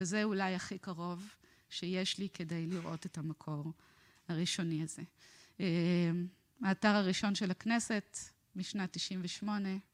וזה אולי הכי קרוב שיש לי כדי לראות את המקור הראשוני הזה. האתר הראשון של הכנסת משנת 98'